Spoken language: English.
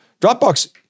Dropbox